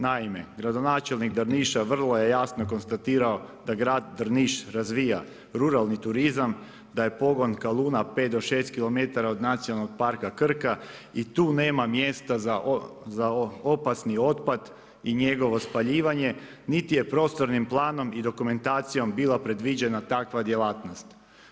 Naime, gradonačelnik Drniša, vrlo je jasno konstatirao, da grad Drniš, razvija, ruralni turizam, da je pogona Luna 5-6 km od nacionalnog parka Krka i tu nema mjesta za opasni otpad i njegovo spaljivanjem, niti je prostornim planom i dokumentacijom bila predviđena takva djelatnost.